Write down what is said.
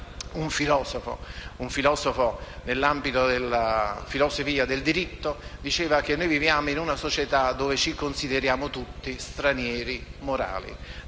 un filosofo nell'ambito della filosofia del diritto - noi viviamo in una società dove ci consideriamo tutti stranieri morali.